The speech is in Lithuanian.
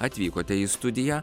atvykote į studiją